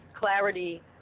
clarity